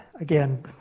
again